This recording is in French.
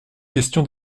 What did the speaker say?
question